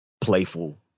playful